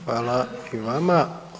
Hvala i vama.